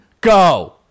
go